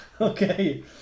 Okay